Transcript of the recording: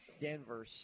Denver